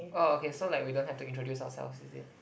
orh okay so like we don't have to introduce ourselves is it